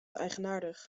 eigenaardig